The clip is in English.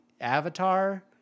avatar